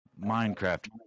Minecraft